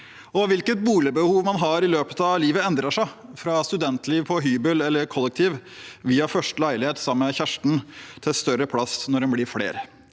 år. Hvilket boligbehov en har i løpet av livet, endrer seg – fra studentliv på hybel eller i kollektiv via første leilighet sammen med kjæresten til større plass når de blir flere.